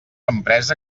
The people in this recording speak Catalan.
empresa